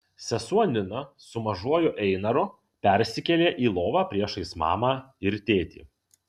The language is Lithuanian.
sesuo nina su mažuoju einaru persikėlė į lovą priešais mamą ir tėtį